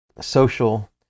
social